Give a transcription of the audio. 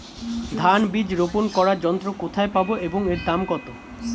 ধান বীজ রোপন করার যন্ত্র কোথায় পাব এবং এর দাম কত?